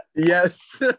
Yes